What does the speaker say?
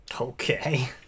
Okay